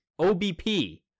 OBP